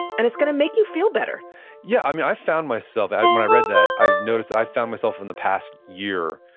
and it's gonna make you feel better yeah, um yeah i found myself and when i read that, i've noticed that i found myself in the past year,